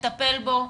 נטפל בו.